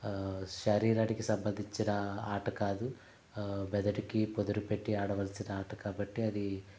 శరీరానికి సంబంధించిన ఆట కాదు మెదడుకు పదుని పెట్టి ఆడవల్సిన ఆట కాబట్టి అది